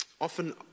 often